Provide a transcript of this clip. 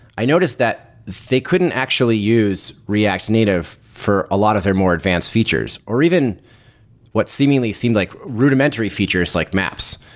i noticed that they couldn't actually use react native for a lot of their more advanced features or even what's seemingly seemed like rudimentary features like maps.